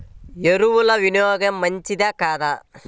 ఎరువుల వినియోగం మంచిదా కాదా?